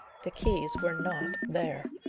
the keys were not there.